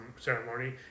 ceremony